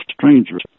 strangers